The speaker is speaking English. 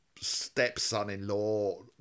stepson-in-law